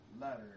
letter